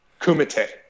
kumite